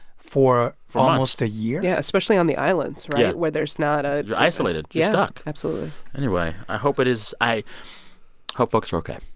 for. months. almost a year. yeah, especially on the islands, right? yeah where there's not. ah you're isolated. you're stuck absolutely anyway, i hope it is i hope folks are ok.